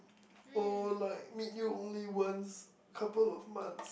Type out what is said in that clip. oh like meet you only couple of months